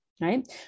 right